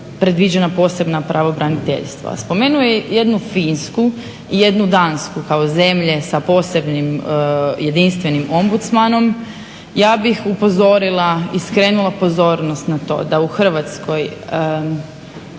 predviđena posebna pravobraniteljstva. Spomenuo je jednu Finsku i jednu Dansku kao zemlje sa posebnim jedinstvenim ombudsmanom. Ja bih upozorila i skrenula pozornost na to da u Hrvatskoj